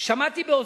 שמעתי באוזני: